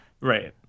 Right